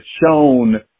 shown